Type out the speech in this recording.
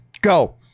Go